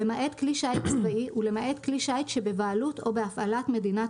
למעט כלי שיט צבאי ולמעט כלי שיט שבבעלות או בהפעלת מדינת